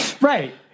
Right